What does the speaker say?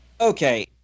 Okay